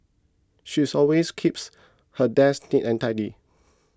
she's always keeps her desk neat and tidy